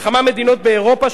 בכמה מדינות באירופה,